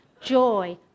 joy